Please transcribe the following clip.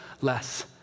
less